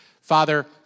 Father